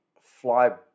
fly